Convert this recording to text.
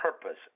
purpose